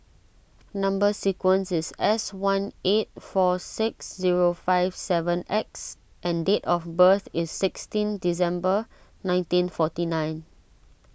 Number Sequence is S one eight four six zero five seven X and date of birth is sixteen December nineteen forty nine